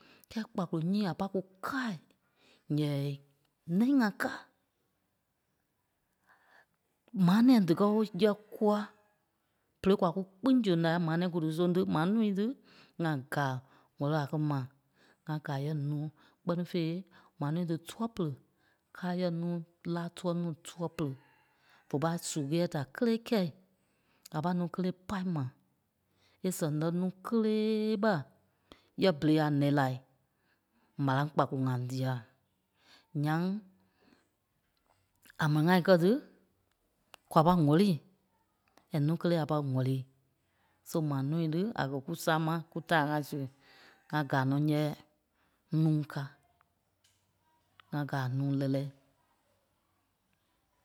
Kɛ́ɛ kpakolo nyíi a pâi kú káai ǹyɛɛ ǹɛi lna ká. Maa nɛ̃ɛi díkɛ ɓo yɛ̂ɛ kúa. Berei kwa kú kpîŋ soŋ nai maa nɛ̃ɛi kú dí sóŋ tí maa núui tí ŋa gàa ŋ̀wɛli a kɛ̀ ma. ŋà gàa yɛ̂ɛ núu Kpɛ́ fêi, maa núui tí tua pere káa yɛ̂ɛ núu láa tuɛ núu tua pere vé pâi su ɣɛɛ da kélee kɛ̂i. À pâi núu kélee pâi ma é sɛŋ lɛ́ núu kélee ma yɛ̂ɛ berei a nɛ̀i lai marâŋ kpakolo ŋa dîa. Ǹyaŋ a mɛnai kɛ́ tí, kwa kɛ́ ŋ̀wɛ̂lii and núu kélee a pâi ŋ̀wɛ̂lii. So maa núui tí a kɛ̀ kú sáma kú taa ŋai su ŋa gàa nɔ́ nyɛɛ, núu ká, ŋa gàa a núu lɛ́lɛɛ.